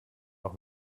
auch